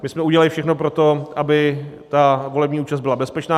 My jsme udělali všechno pro to, aby ta volební účast byla bezpečná.